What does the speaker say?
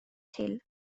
till